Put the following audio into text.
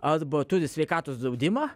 arba turi sveikatos draudimą